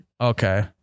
okay